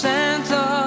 Santa